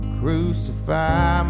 crucify